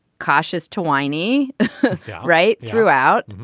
cautious to whiny yeah right throughout.